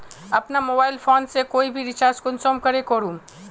अपना mobile phone से कोई भी रिचार्ज कुंसम करे करूम?